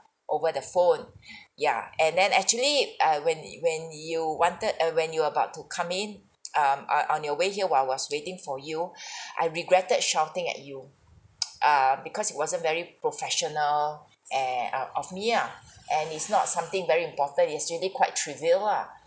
over the phone ya and then actually uh when when you wanted uh when you're about to come in um on your way here while I was waiting for you I regretted shouting at you err because it wasn't very professional and uh of me ah and it's not something very important it was really quite trivial lah